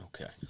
Okay